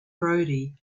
brody